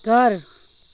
घर